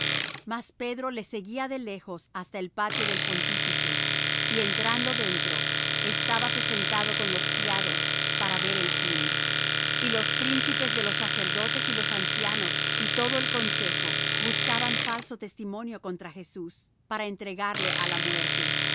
mas pedro le seguía de lejos hasta el patio del pontífice y entrando dentro estábase sentado con los criados para ver el fin y los príncipes de los sacerdotes y los ancianos y todo el consejo buscaban falso testimonio contra jesús para entregale á la muerte y